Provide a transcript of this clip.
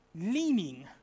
leaning